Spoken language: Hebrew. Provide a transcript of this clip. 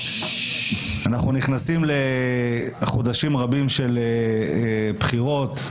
אנחנו נכנסים לחודשים רבים של בחירות,